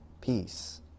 peace